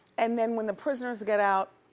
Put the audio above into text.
and then when the prisoners get out,